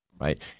Right